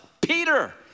Peter